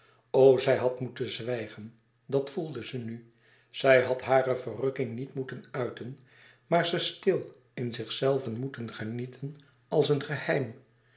zij had moeten zwijgen dat voelde ze nu zij had hare verrukking niet moeten uiten maar ze stil in zichzelve moeten genieten als een geheim